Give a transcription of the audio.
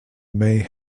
may